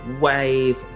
wave